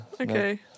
Okay